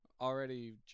already